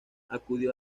acudió